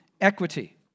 equity